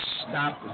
stop